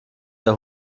der